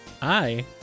hi